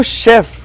chef